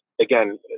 again